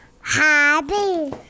Happy